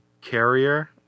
carrier